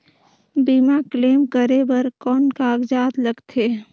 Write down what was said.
बीमा क्लेम करे बर कौन कागजात लगथे?